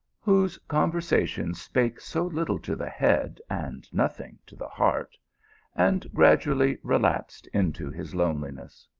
whose conver sation spake so little to the head and nothing to the heart and gradually relapsed into his loneliness.